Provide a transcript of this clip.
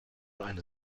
eine